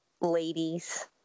ladies